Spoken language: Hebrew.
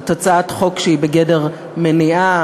זאת הצעת חוק שהיא בגדר מניעה,